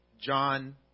John